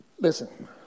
Listen